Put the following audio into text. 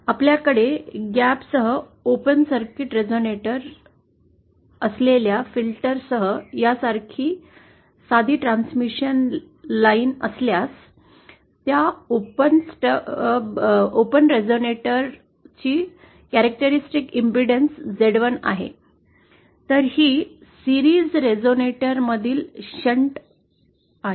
आपल्याकडे ग्याप नेसह open circuit resonator असलेल्या फिल्टरसह यासारखी साधी ट्रांसमिशन लाइन असल्यास त्या ओपन सर्किट रेझोनेटर ची वैशिष्ट्यपूर्ण प्रतिबाधा झेड 1 आहे तर ही मालिका रेझोनेटर मधील शंट आहे